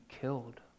killed